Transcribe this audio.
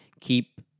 keep